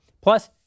Plus